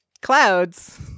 clouds